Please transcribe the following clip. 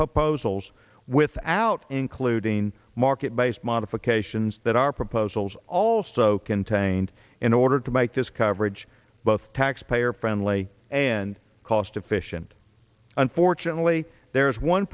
proposals without including market based modifications that our proposals also contained in order to make this coverage both taxpayer friendly and cost efficient unfortunately there is one